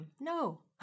no